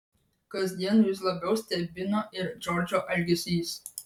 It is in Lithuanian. kasdien vis labiau stebino ir džordžo elgesys